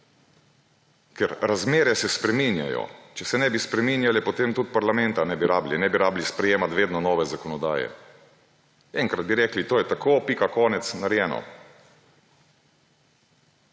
Razmere se spreminjajo. Če se ne bi spreminjale, potem tudi parlamenta ne bi rabili, ne bi rabili sprejemati vedno nove zakonodaje. Enkrat bi rekli, to je tako, pika, konec, narejeno.